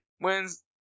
wins